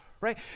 right